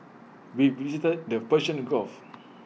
we visited the Persian gulf